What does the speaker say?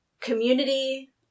community